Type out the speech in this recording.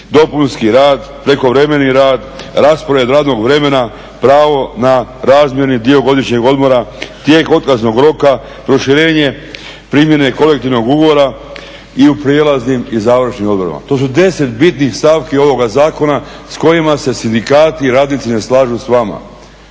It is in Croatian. dopunski rad, prekovremeni rad, raspored radnog vremena, pravo na razmjerni dio godišnjeg odmora, tijek otkaznog roka, proširenje primjene kolektivnog ugovora i u prijelaznim i završnim odredbama. To su 10 bitnih stavki ovoga zakona s kojima se sindikati i radnici ne slažu s vama.